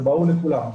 זה ברור לכולם.